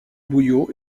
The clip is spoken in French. bouillot